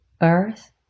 Earth